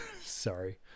sorry